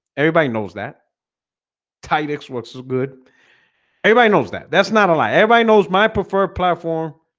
everybody knows that ty texworks is good everybody knows that that's not a lie. everybody knows my preferred platform